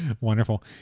wonderful